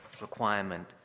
requirement